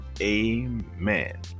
Amen